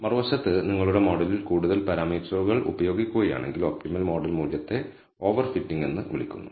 മറുവശത്ത് നിങ്ങളുടെ മോഡലിൽ കൂടുതൽ പാരാമീറ്ററുകൾ ഉപയോഗിക്കുകയാണെങ്കിൽ ഒപ്റ്റിമൽ മോഡൽ മൂല്യത്തെ ഓവർ ഫിറ്റിംഗ് എന്ന് വിളിക്കുന്നു